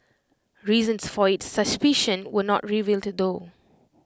reasons for its suspicion were not revealed though